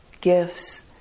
gifts